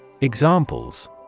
Examples